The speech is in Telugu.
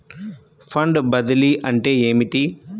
ఫండ్ బదిలీ అంటే ఏమిటి?